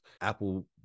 Apple